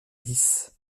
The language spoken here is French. dix